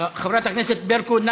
ארבע שאילתות של ענת ברקו.